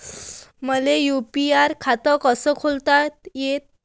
मले यू.पी.आय खातं कस खोलता येते?